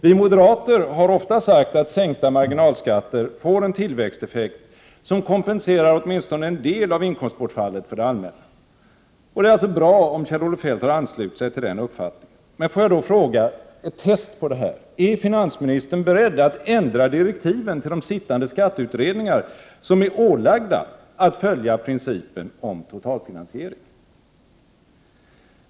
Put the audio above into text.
Vi moderater har ofta sagt att sänkta marginalskatter får en tillväxteffekt som kompenserar åtminstone en del av inkomstbortfallet för det allmänna. Det är alltså bra om Kjell-Olof Feldt har anslutit sig till den uppfattningen. Men låt mig fråga, som ett test på detta: Är finansministern beredd att ändra direktiven till de sittande skatteutredningarna, som är ålagda att följa principen om totalfinansiering?